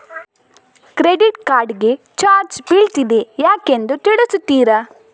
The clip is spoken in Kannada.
ಕ್ರೆಡಿಟ್ ಕಾರ್ಡ್ ಗೆ ಚಾರ್ಜ್ ಬೀಳ್ತಿದೆ ಯಾಕೆಂದು ತಿಳಿಸುತ್ತೀರಾ?